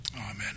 amen